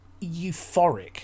euphoric